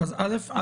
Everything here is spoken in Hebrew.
אל"ף,